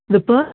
the per